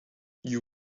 you